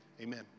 amen